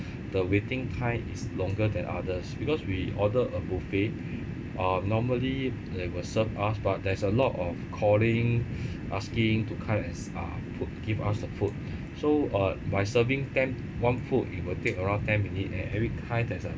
(pbb) the waiting time is longer than others because we order a buffet uh normally they will serve us but there's a lot of calling asking to come as uh fo~ give us the food so uh my serving ten one food it will take around ten minutes and every kind there's a